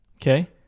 Okay